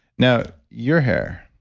now, your hair,